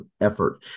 effort